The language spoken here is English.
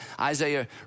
Isaiah